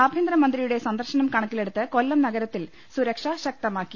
ആഭ്യന്തര മന്ത്രിയുടെ സന്ദർശനം കണക്കിലെടുത്ത് കൊല്ലം നഗരത്തിൽ സുർക്ഷ ശക്തമാക്കി